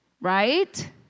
right